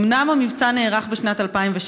אומנם המבצע נערך בשנת 2016,